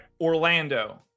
Orlando